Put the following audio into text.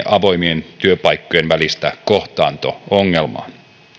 avoimien työpaikkojen välistä kohtaanto ongelmaa